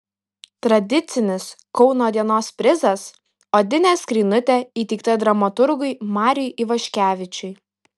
tradicinis kauno dienos prizas odinė skrynutė įteikta dramaturgui mariui ivaškevičiui